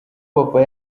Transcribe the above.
papa